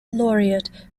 laureate